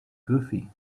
goofy